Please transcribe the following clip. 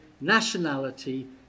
nationality